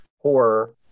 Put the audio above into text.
horror